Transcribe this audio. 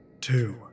two